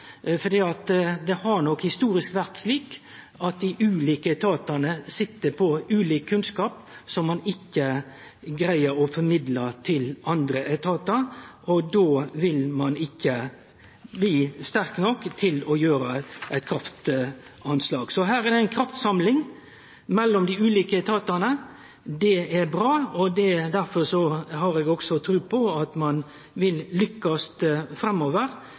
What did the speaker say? det har nok historisk vore slik at dei ulike etatane sit på ulik kunnskap som ein ikkje klarar å formidle til andre etatar, og då vil ein ikkje bli sterk nok til å gjere eit kraftanslag. Så her er det ei kraftsamling mellom dei ulike etatane. Det er bra, og derfor har eg òg tru på at ein vil lykkast framover